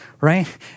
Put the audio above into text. right